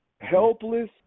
helpless